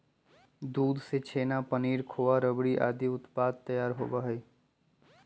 दूध से छेना, पनीर, खोआ, रबड़ी आदि उत्पाद तैयार होबा हई